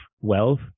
wealth